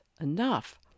enough